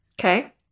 Okay